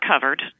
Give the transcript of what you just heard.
covered